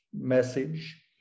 message